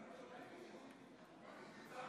(תיקון